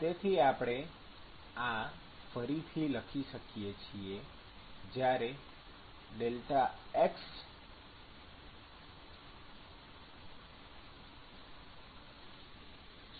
તેથી આપણે આ ફરીથી લખી શકીએ છીએ જ્યારે Δx